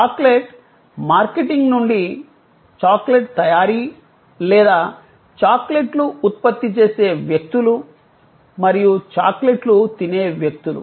chocolate marketing నుండి chocolate తయారీ లేదా చాక్లెట్లు ఉత్పత్తి చేసే వ్యక్తులు మరియు చాక్లెట్లు తినే వ్యక్తులు